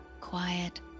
quiet